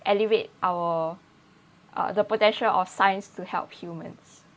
alleviate our uh the potential of science to help humans